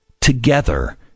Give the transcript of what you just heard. together